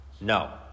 No